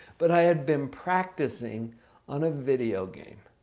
but i had been practicing on a video game.